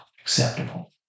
acceptable